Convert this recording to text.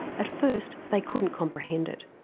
at first they couldn't comprehend it.